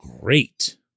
great